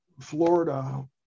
Florida